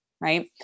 right